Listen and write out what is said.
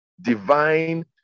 Divine